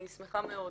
אני שמחה מאוד